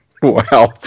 Wow